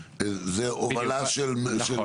זה הובלה של משרד האנרגיה.